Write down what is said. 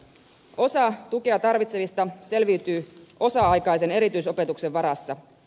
osa tukea tarvitsevista selviytyy osa aikaisen erityisopetuksen varassa